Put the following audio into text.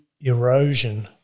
erosion